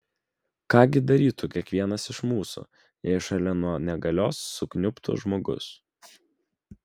ką gi darytų kiekvienas iš mūsų jei šalia nuo negalios sukniubtų žmogus